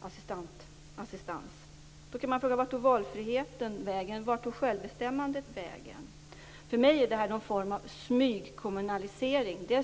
assistans framöver. Vart tog valfriheten vägen? Vart tog självbestämmandet vägen? För mig är det här en form av smygkommunalisering.